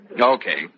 Okay